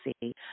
see